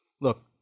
look